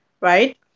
right